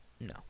No